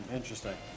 Interesting